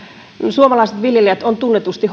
suomalaiset viljelijät ovat tunnetusti